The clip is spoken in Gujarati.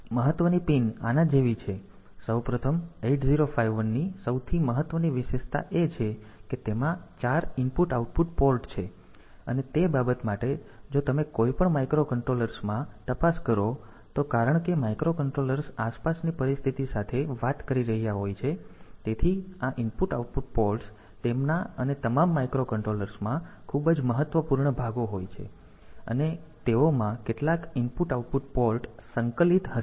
મહત્વની પિન આના જેવી છે સૌ પ્રથમ 8051 ની સૌથી મહત્વની વિશેષતા એ છે કે તેમાં 4 IO પોર્ટ છે અને તે બાબત માટે જો તમે કોઈપણ માઇક્રોકન્ટ્રોલર્સ માં તપાસ કરો તો કારણ કે માઇક્રોકંટ્રોલર્સ આસપાસની પરિસ્થતિ સાથે વાત કરી રહ્યા હોય છે તેથી આ IO પોર્ટ્સ તેમના અને તમામ માઇક્રોકંટ્રોલર્સમાં ખૂબ જ મહત્વપૂર્ણ ભાગો હોય છે અને તેઓમાં કેટલાક IO પોર્ટ સંકલિત હશે